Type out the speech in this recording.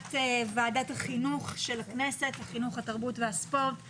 ישיבת ועדת החינוך, התרבות והספורט של הכנסת.